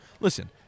Listen